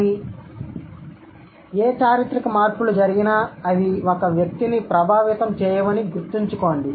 కానీ ఏ చారిత్రక మార్పులు జరిగినా అవి ఒక వ్యక్తిని ప్రభావితం చేయవని గుర్తుంచుకోండి